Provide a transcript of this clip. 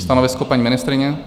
Stanovisko paní ministryně?